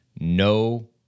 no